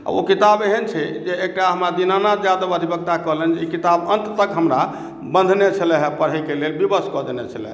आ ओ किताब एहन छै जे एकटा हमरा दीनानाथ यादव अधिवक्ता कहलनि ई किताब अन्त तक हमरा बँधने छले हेँ पढ़ैके लेल विवश कऽ देने छले हेँ